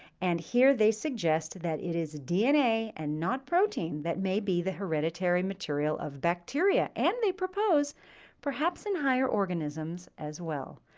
and here they suggest that it is dna and not protein that may be the hereditary material of bacteria, and they propose perhaps in higher organisms as well.